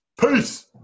Peace